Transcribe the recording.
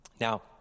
now